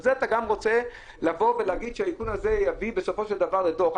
זה אתה גם רוצה להגיד שהאיכון הזה יביא בסופו של דבר לדוח.